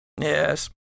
Yes